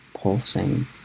Pulsing